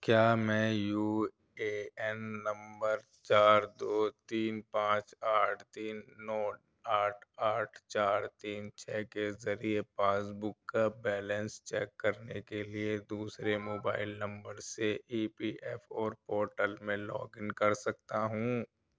کیا میں U A N نمبر چار دو تین پانچ آٹھ تین نو آٹھ آٹھ چار تین چھ کے ذریعے پاس بک کا بیلنس چیک کرنے کے لیے دوسرے موبائل نمبر سے E P F O portal میں لاگ ان کر سکتا ہوں